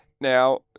now